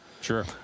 Sure